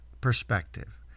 perspective